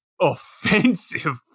offensive